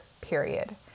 period